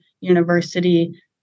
University